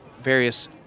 various